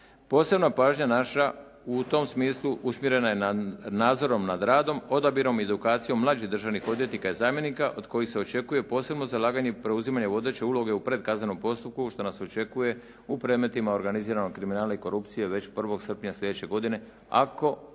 Posebna pažnja naša u tom smislu usmjerena je nadzorom nad radom, odabirom i edukacijom mlađih državnih odvjetnika i zamjenika od kojih se očekuje posebno zalaganje i preuzimanje vodeće uloge u predkaznenom postupku što nas očekuje u predmetima organiziranog kriminala i korupcije već 1. srpnja sljedeće godine ako